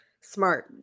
Smart